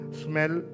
smell